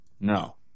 No